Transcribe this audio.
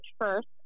first